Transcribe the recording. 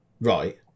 right